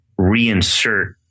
reinsert